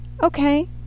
okay